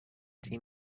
team